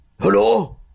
Hello